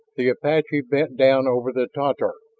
the apache bent down over the tatar.